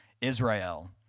Israel